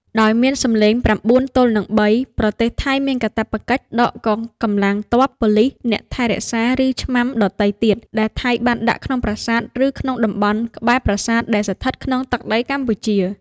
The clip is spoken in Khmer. ដោយមានសំឡេង៩ទល់នឹង៣ ប្រទេសថៃមានកាតព្វកិច្ចដកកងកម្លាំងទ័ព ប៉ូលីស អ្នកថែរក្សា ឬឆ្នាំដទៃទៀត ដែលថៃបានដាក់ក្នុងប្រាសាទឬក្នុងតំបន់ក្បែរប្រាសាទដែលស្ថិតក្នុងទឹកដីកម្ពុជា។